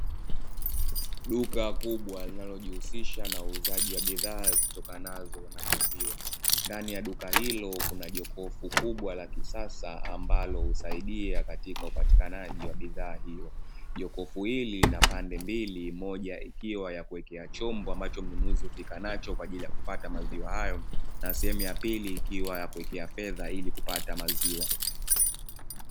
Duka kubwa linalojihusisha na uuzaji wa bidhaa zitokanazo na maziwa. Ndani ya duka hilo kuna jokofu kubwa la kisasa ambalo husaidia katika upatikanaji wa bidhaa hiyoo. Jokofu hili lina pande mbili, moja ikiwa ya kuwekea chombo ambacho mnunuzi hufika nacho kwa ajili ya kupata maziwa hayo, na sehemu ya pili ikiwa ya kuwekea fedha ili kupata maziwa.